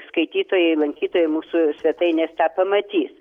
skaitytojai lankytojai mūsų svetainės tą pamatys